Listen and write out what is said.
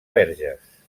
verges